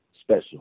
special